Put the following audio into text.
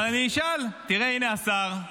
תראה, הינה השר,